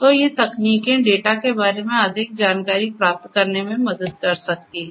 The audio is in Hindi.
तो ये तकनीकें डेटा के बारे में अधिक जानकारी प्राप्त करने में मदद कर सकती हैं